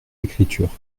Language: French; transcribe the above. écritures